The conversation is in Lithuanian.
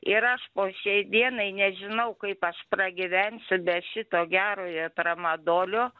ir aš po šiai dienai nežinau kaip aš pragyvensiu be šito gerojo tramadolio